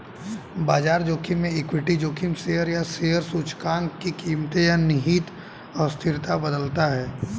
बाजार जोखिम में इक्विटी जोखिम शेयर या शेयर सूचकांक की कीमतें या निहित अस्थिरता बदलता है